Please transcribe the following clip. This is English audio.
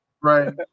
Right